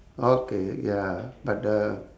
okay ya but the